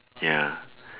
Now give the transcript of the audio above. ya